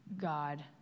God